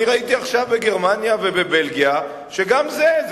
אני ראיתי עכשיו בגרמניה ובבלגיה, שגם זה.